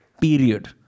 Period